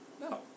No